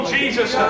Jesus